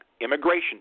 immigration